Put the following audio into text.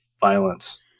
violence